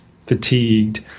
fatigued